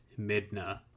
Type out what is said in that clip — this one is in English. Midna